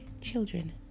children